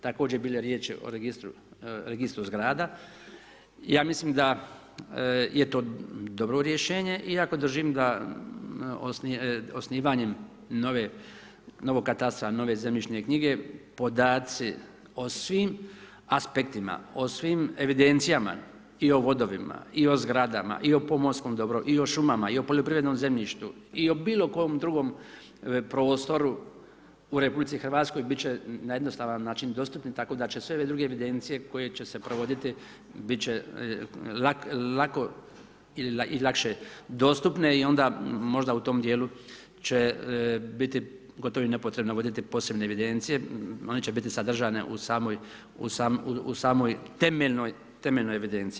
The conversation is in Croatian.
Također je bilo riječ o registru zgrada, ja mislim da je to dobro rješenje, iako držim da osnivanjem novog katastra, nove zemljišne knjige, podaci, o svim aspektima, o svim evidencijama i o vodovima i o zgradama i o pomorskom dobru i o šumama i o poljoprivrednom zemljištu i o bilo kojem drugom prostoru u RH, biti će na jednostavan način dostupan tako da će sve ove druge evidencije koje će se provoditi biti će lako i lakše dostupne i onda možda u tom dijelu će biti gotovo nepotrebno voditi posebne evidencije, one će biti sadržane u samoj temeljnoj evidenciji.